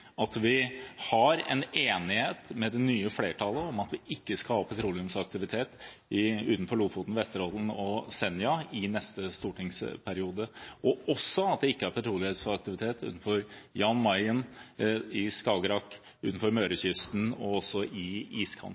at vi har en enighet med det nye flertallet om at vi ikke skal ha petroleumsaktivitet utenfor Lofoten, Vesterålen og Senja i neste stortingsperiode, og også at det ikke er petroleumsvirksomhet utenfor Jan Mayen, i Skagerrak, utenfor Mørekysten og i